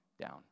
down